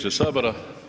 sabora.